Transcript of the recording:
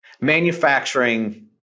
manufacturing